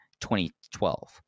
2012